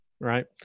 Right